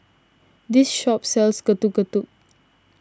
this shop sells Getuk Getuk